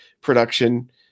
production